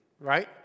right